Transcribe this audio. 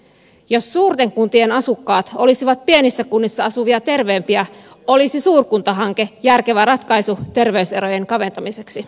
jos suurten kuntien asukkaat olisivat pienissä kunnissa asuvia terveempiä olisi suurkuntahanke järkevä ratkaisu terveyserojen kaventamiseksi